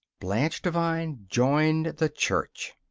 blanche devine joined the church.